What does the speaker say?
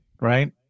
right